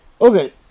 Okay